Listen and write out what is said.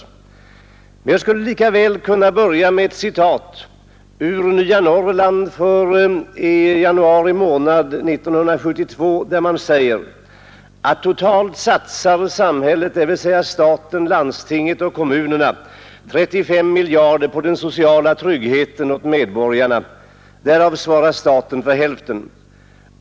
Jag skulle emellertid lika väl ha kunnat börja med ett citat ur tidningen Nya Norrland, som en dag i januari månad 1972 skriver: ”Totalt satsar samhället, d.v.s. staten, landstingen och kommunerna, sammanlagt 35 miljarder kr på den sociala tryggheten. Därav svarar staten för närmare hälften eller nära 17 miljarder kr.